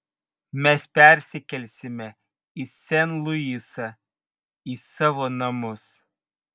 mes persikelsime į sen luisą į savo namus